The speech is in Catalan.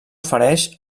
ofereix